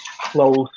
close